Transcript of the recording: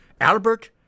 Albert